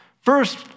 First